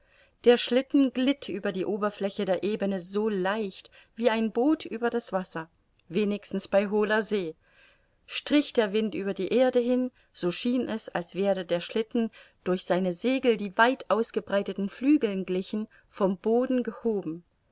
der schlitten glitt über die oberfläche der ebene so leicht wie ein boot über das wasser wenigstens bei hohler see strich der wind über die erde hin so schien es als werde der schlitten durch seine segel die weit ausgebreiteten flügeln glichen vom boden gehoben